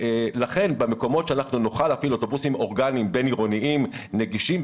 לכן במקומות שנוכל להפעיל אוטובוסים אורגניים בין עירוניים נגישים,